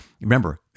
remember